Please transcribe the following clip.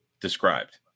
described